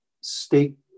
state